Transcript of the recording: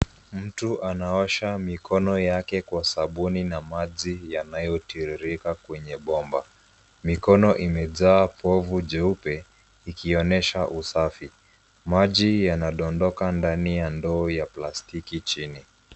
Mtu anaosha mikono yake kwa sabuni na maji yanayotiririka kwenye bomba. Mikono imejaa povu jeupe ikionyesha usafi. Maji yanadondoka ndani ya ndoo ya plastiki chini.